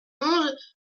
onze